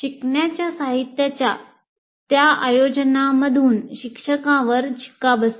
शिकण्याच्या साहित्याच्या त्या आयोजनामधून शिक्षकावर शिक्का बसतो